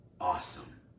Awesome